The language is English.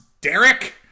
Derek